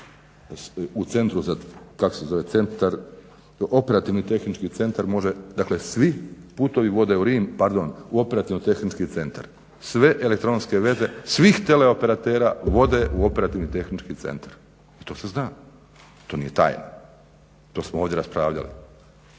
u centru za, operativni tehnički centar može dakle, svi putevi vode u Rim, pardon u operativni tehnički centar, sve elektronske veze svih tele operatera vode u operativni tehnički centar. To se zna, to nije tajna. To smo ovdje raspravljali.